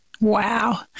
Wow